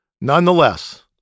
Nonetheless